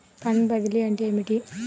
Fund బదిలీ అంటే ఏమిటి?